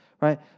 right